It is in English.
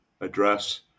address